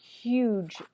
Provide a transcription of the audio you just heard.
huge